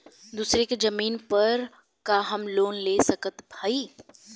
दूसरे के जमीन पर का हम लोन ले सकत हई?